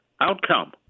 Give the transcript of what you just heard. outcome